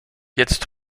jetzt